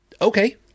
Okay